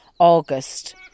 August